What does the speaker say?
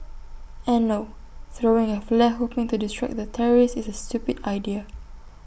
and no throwing A flare hoping to distract the terrorist is A stupid idea